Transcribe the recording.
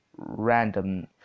random